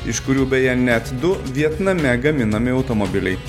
iš kurių beje net du vietname gaminami automobiliai